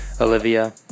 olivia